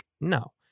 No